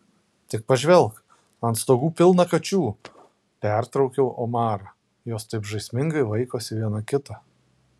tik pažvelk ant stogų pilna kačių pertraukiau omarą jos taip žaismingai vaikosi viena kitą